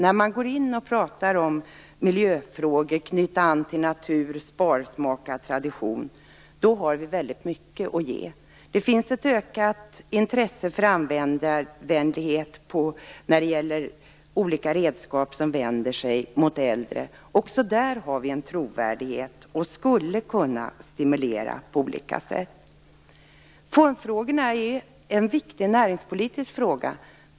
När man går in och pratar om miljöfrågor, att knyta an till naturen och en sparsmakad tradition har Sverige väldigt mycket att ge. Det finns ett ökat intresse för användarvänlighet när det gäller olika redskap som vänder sig till äldre. Också där har Sverige en trovärdighet, och skulle kunna stimulera det här på olika sätt. Formfrågan är en viktig näringspolitisk fråga.